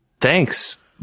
Thanks